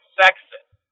sexist